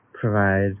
provide